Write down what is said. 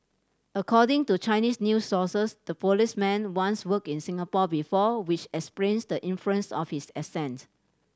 according to Chinese news sources the policeman once worked in Singapore before which explains the influence of his accent